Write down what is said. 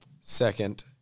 Second